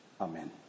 Amen